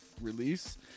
release